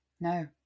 no